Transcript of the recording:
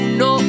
no